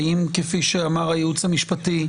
האם, כפי שאמר הייעוץ המשפטי?